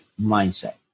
mindset